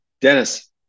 Dennis